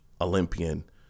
Olympian